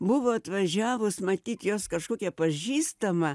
buvo atvažiavus matyt jos kažkokia pažįstama